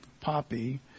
poppy